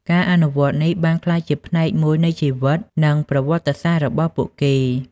ការអនុវត្តនេះបានក្លាយជាផ្នែកមួយនៃជីវិតនិងប្រវត្តិសាស្ត្ររបស់ពួកគេ។